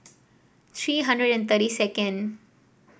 three hundred and thirty second